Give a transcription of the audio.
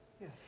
Yes